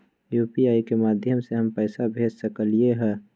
UPI के माध्यम से हम पैसा भेज सकलियै ह?